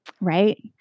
right